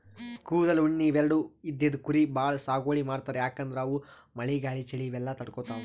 ಕೂದಲ್, ಉಣ್ಣಿ ಇವೆರಡು ಇದ್ದಿದ್ ಕುರಿ ಭಾಳ್ ಸಾಗುವಳಿ ಮಾಡ್ತರ್ ಯಾಕಂದ್ರ ಅವು ಮಳಿ ಗಾಳಿ ಚಳಿ ಇವೆಲ್ಲ ತಡ್ಕೊತಾವ್